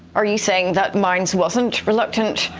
are you saying that mines wasn't reluctant?